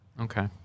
Okay